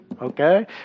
okay